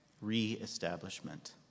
Re-establishment